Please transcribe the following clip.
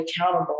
accountable